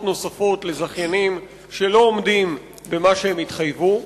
נוספות לזכיינים שלא עומדים במה שהם התחייבו.